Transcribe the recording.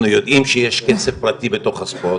אנחנו יודעים שיש כסף פרטי בתוך הספורט,